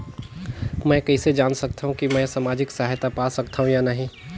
मै कइसे जान सकथव कि मैं समाजिक सहायता पा सकथव या नहीं?